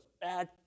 bad